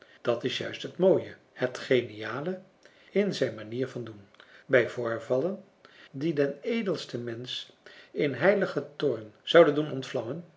dat is juist het mooie het geniale in zijn manier van doen bij voorvallen die den edelsten mensch in heiligen toorn zouden doen ontvlammen